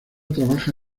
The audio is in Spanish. trabaja